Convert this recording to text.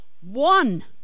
one